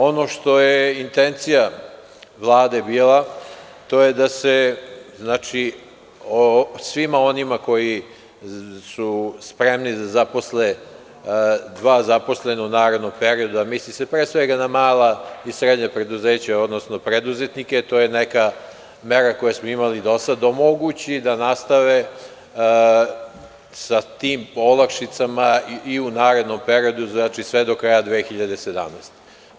Ono što je intencija Vlade bila, to je da se svima onima koji su spremni da zaposle dva zaposlena u narednom periodu, a misli se na mala i srednja preduzeća, preduzetnike, to je neka mera koju smo imali do sada, omoguće da nastave sa tim olakšicama i u narednom periodu, sve do kraja 2017. godine.